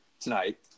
tonight